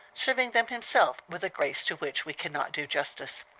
serving them himself with a grace to which we can not do justice.